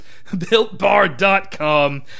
BuiltBar.com